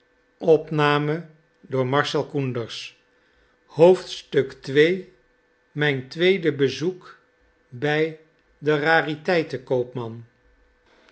ii mijn tweede bezoek bij den kariteitenkoopman